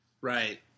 Right